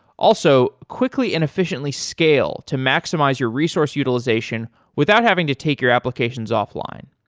also, quickly and efficiently scale to maximize your resource utilization without having to take your applications off-line.